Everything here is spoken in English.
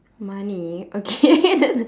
money okay